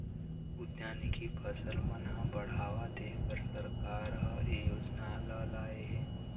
उद्यानिकी फसल मन ह बड़हावा देबर सरकार ह ए योजना ल लाए हे